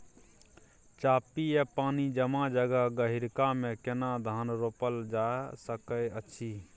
चापि या पानी जमा जगह, गहिरका मे केना धान रोपल जा सकै अछि?